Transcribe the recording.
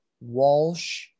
Walsh